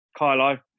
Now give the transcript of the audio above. Kylo